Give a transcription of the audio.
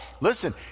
Listen